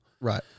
Right